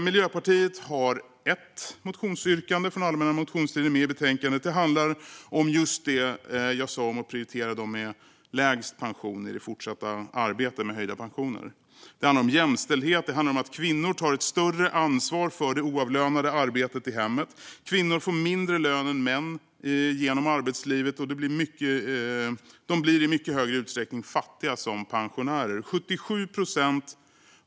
Miljöpartiet har ett motionsyrkande från allmänna motionstiden med i betänkandet. Det handlar om just det som jag sa om att prioritera dem med lägst pensioner i det fortsatta arbetet med höjda pensioner. Det handlar om jämställdhet. Det handlar om att kvinnor tar ett större ansvar för det oavlönade arbetet i hemmet. Kvinnor får mindre lön än män genom arbetslivet, och de blir i mycket större utsträckning fattiga som pensionärer.